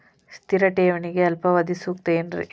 ಸ್ಥಿರ ಠೇವಣಿಗೆ ಅಲ್ಪಾವಧಿ ಸೂಕ್ತ ಏನ್ರಿ?